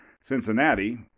Cincinnati